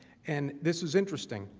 and this is interesting.